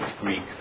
Greek